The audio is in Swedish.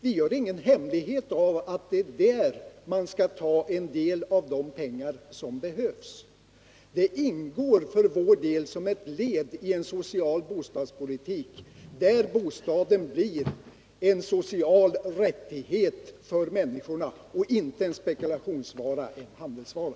Vi gör ingen hemlighet av att det är där man skall ta en del av de pengar som behövs. Det ingår för vår del som ett led i en social bostadspolitik, där bostaden blir en social rättighet för människorna och inte en spekulationsvara, en handelsvara.